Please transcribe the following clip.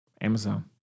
amazon